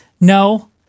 No